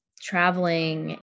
traveling